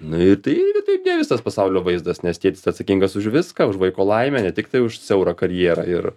na ir tai irgi taip ne visas pasaulio vaizdas nes tėtis atsakingas už viską už vaiko laimę ne tiktai už siaurą karjerą ir